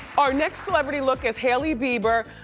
our next celebrity look is hailey bieber.